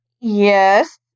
Yes